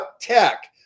tech